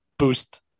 Boost